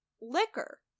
liquor